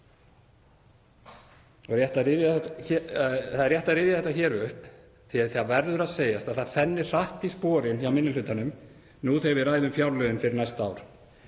Það er rétt að rifja þetta hér upp því að það verður að segjast að það fennir hratt í sporin hjá minni hlutanum nú þegar við ræðum fjárlögin fyrir næsta ár.